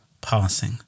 passing